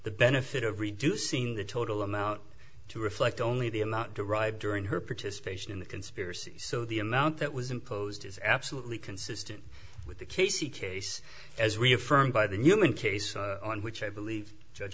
the benefit of reducing the total amount to reflect only the amount derived during her participation in the conspiracy so the amount that was imposed is absolutely consistent with the casey case as reaffirmed by the newman case on which i believe judge